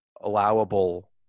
allowable